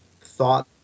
thought